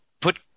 Put